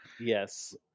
Yes